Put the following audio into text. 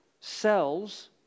cells